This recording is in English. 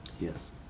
yes